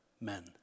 men